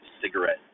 cigarette